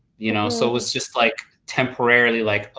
you know so it was just like temporarily like ugh,